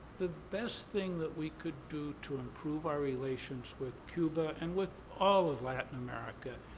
the best thing that we could do to improve our relations with cuba, and with all of latin america,